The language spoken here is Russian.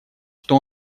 что